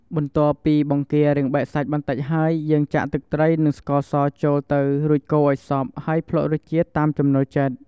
បន្ទាប់ពីបង្គារៀងបែកសាច់បន្តិចហើយ យើងចាក់ទឹកត្រីនិងស្ករសចូលទៅ រួចកូរឱ្យសព្វ ហើយភ្លក់រសជាតិតាមចំណូលចិត្ត។